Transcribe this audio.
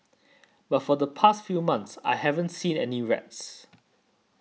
but for the past few months I haven't seen any rats